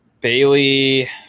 Bailey